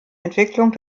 entwicklung